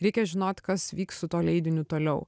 reikia žinot kas vyks su tuo leidiniu toliau